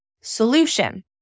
solution